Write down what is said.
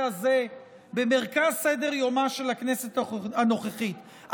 הזה במרכז סדר-יומה של הכנסת הנוכחית,